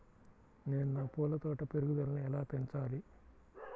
నేను నా పూల తోట పెరుగుదలను ఎలా పెంచాలి?